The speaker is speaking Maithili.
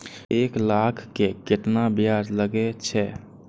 एक लाख के केतना ब्याज लगे छै?